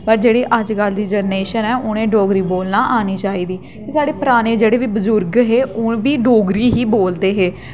पर जेह्ड़ी अजकल दी जैनरेशन ऐ उ'नें ई डोगरी बोलना आनी साढ़े पराने जेह्ड़े बजुर्ग हे ओह् बी डोगरी बोलदे हे